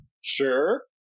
Sure